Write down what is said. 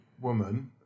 woman